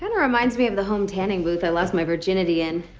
and of reminds me of the home tanning booth i lost my virginity in.